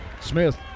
Smith